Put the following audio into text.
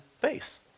face